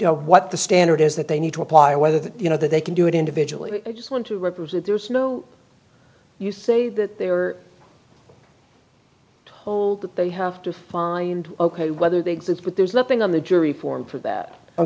know what the standard is that they need to apply whether that you know that they can do it individually i just want to represent there's no you say that they are told that they have to find ok whether they exist but there's nothing on the jury form for that i'm